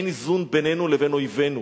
אין איזון בינינו לבין אויבינו.